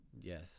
Yes